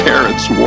Parents